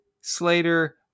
slater